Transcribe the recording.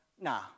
nah